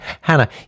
hannah